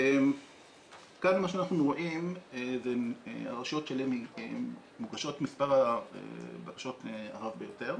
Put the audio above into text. כאן מה שאנחנו רואים זה הרשויות שאליהן מוגשות מספר הבקשות הרב ביותר.